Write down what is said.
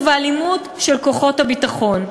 מנהל חטיבת הביטחון,